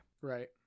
Right